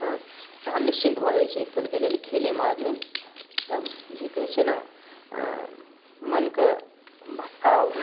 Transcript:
हँ तहन निश्चिंत भऽ जाइ छै एक पल के लेल खेले मे आदमी तऽ जे कहै छै ने मन के भटकाव